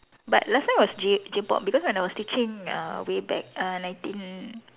but last time was J J-pop because when I was teaching uh way back uh nineteen